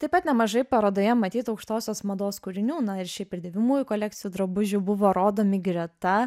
taip pat nemažai parodoje matytų aukštosios mados kūrinių na ir šiaip ir dėvimųjų kolekcijų drabužių buvo rodomi greta